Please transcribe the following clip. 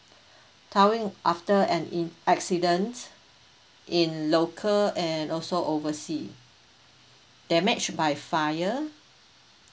towing after an in~ accident in local and also oversea damage by fire